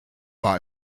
war